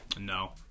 No